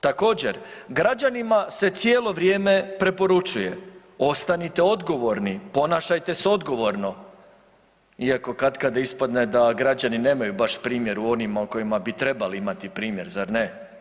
Također građanima se cijelo vrijeme preporučuje, ostanite odgovorni, ponašajte se odgovorno, iako katkada ispadne da građani nemaju baš primjer u onima u kojima bi trebali imati primjer zar ne?